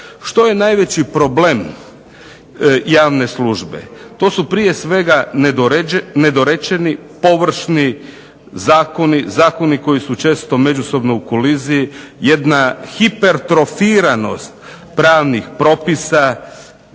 Što je najveći problem javne službe? To su prije svega nedorečeni, površni zakoni, zakoni koji su često međusobno u koliziji, jedna hipertrofiranost pravnih propisa.